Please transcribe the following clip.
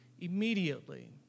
immediately